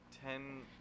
ten